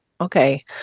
Okay